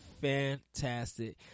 Fantastic